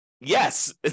yes